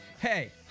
Hey